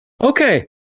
okay